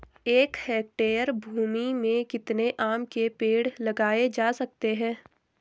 एक हेक्टेयर भूमि में कितने आम के पेड़ लगाए जा सकते हैं?